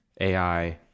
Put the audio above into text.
AI